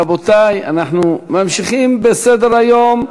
רבותי, אנחנו ממשיכים בסדר-היום.